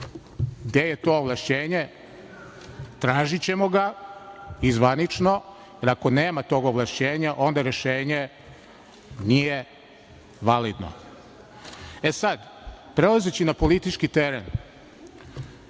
Gde je to ovlašćenje? Tražićemo ga i zvanično, jer ako nema tog ovlašćenja onda rešenje nije validno.E, sad, prelazeći na politički teren,